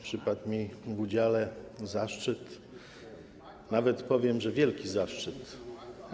Przypadł mi w udziale zaszczyt, nawet powiem, że wielki zaszczyt... Hańba!